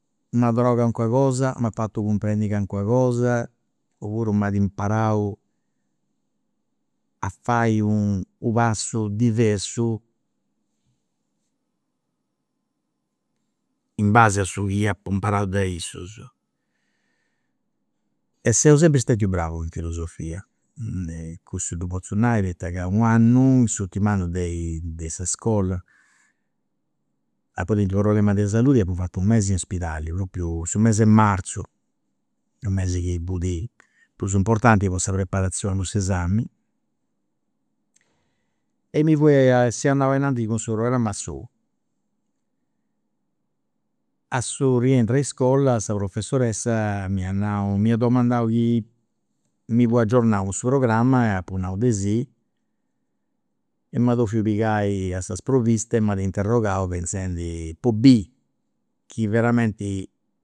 M'at donau calincuna cosa, m'at fatu cumprendi calincuna cosa, oppuru m'at imparau a fai u' passu diversu in base a cussu chi apu imparau de issus. E seu sempri stetiu bravu in filosofia, cussu ddu potzu nai poita ca u' annu in s'urtimu annu de sa iscola apu tentu u' problema de saludi e apu fatu u' mesi in 'spidali, propriu su mes'e marzu, u' mesi chi fut prus importanti po sa preparazioni po s'esami e mi fue e seu andau avanti cun su programma a solu. A su rientru a iscola sa professoressa m'iat nau, m'iat domandau chi mi fut aggiornau cun su programma e apu nau de sì, e m'at 'ofiu pigai a sa sprovvista e m'at interrogau pentzendi, po biri chi veramenti